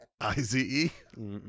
I-Z-E